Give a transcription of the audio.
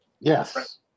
Yes